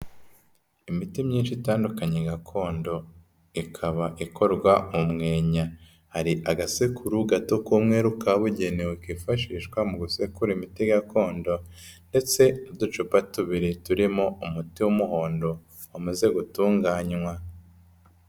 Imiti myinshi itandukanye gakondo, ikaba ikorwa mu umwenya, hari agasekuru gato k'umweru kabugenewe kifashishwa mu gusekura imiti gakondo, ndetse n'uducupa tubiri turimo umuti w'umuhondo umaze gutunganywa.